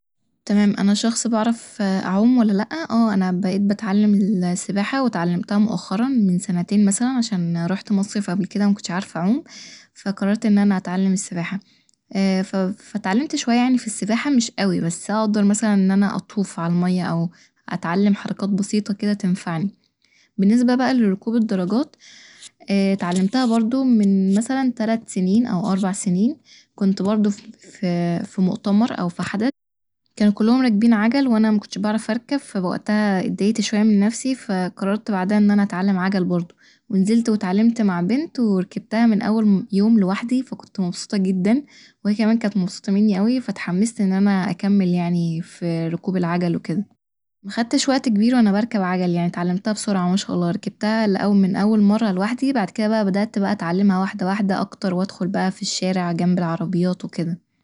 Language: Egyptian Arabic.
تمام أنا شخص بعرف أعوم ولا لأ ، اه أنا بقيت بتعلم ال- سباحة واتعلمتها مؤخرا من سنتين مثلا عشان رحت مصيف قبل كده ومكنتش عارفه أعوم ف قررت إن أنا أتعلم السباحة ف ف اتعلمت شوية يعني ف السباحة مش أوي بس أقدر مثلا إن أنا أطوف عل المية أو اتعلم حركات بسيطة كده تنفعني ، باللنسبة بقى لركوب الدراجات اتعلمتها برضه من مثلا من تلت أو اربع سنين ، كنت برضه ف- فمؤتمر أو ف حدث كانو كلهم راكبين عجل وأنا مكنتش بعرف أركب ، فوقتها اتدايقت شوية من نفسي ف قررت بعدها إن أنا أتعلم عجل برضه ونزلت واتعلمت مع بنت وركبتها من أول يوم لوحدي فكنت مبسوطة جدا وهي كمان كانت مبسوطة مني أوي فاتحمست إن أنا أكمل يعني ف ركوب العجل وكده مخدتش وقت كبير وانا بركب عجل يعني اتعلمتها بسرعة ما شاء الله ، ركبتها لأ- من أول مرة لوحدي بعد كده بقى بدأت أتعلمها واحدة واحدة أكتر وأدخل بقى ف الشارع جنب العربيات وكده